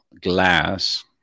glass